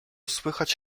słychać